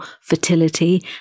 fertility